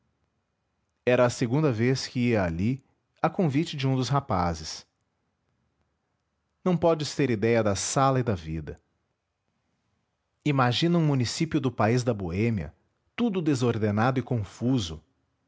era a segunda vez que ia ali a convite de um dos rapazes não podes ter idéia da sala e da vida imagina um município do país da boêmia tudo desordenado e confuso